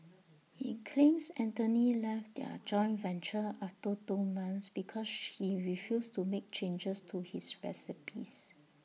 he claims Anthony left their joint venture after two months because he refused to make changes to his recipes